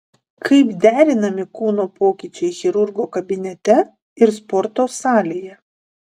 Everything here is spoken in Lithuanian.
kaip derinami kūno pokyčiai chirurgo kabinete ir sporto salėje